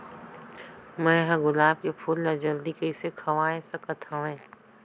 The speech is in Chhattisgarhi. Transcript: मैं ह गुलाब के फूल ला जल्दी कइसे खवाय सकथ हवे?